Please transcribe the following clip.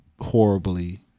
horribly